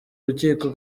rukiko